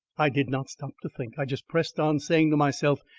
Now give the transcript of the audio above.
i did not stop to think i just pressed on, saying to myself,